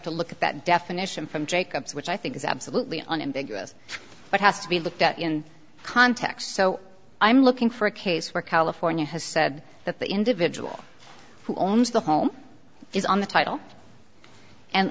to look at that definition from jacobs which i think is absolutely on him but has to be looked at in context so i'm looking for a case where california has said that the individual who owns the home is on the title